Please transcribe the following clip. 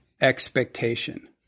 expectation